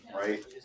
right